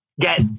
get